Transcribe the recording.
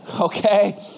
Okay